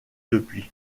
depuis